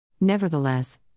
Nevertheless